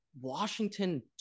Washington